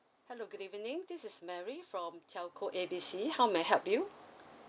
hello good evening this is mary from telco A B C how may I help you